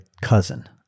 cousin